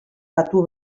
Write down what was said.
patu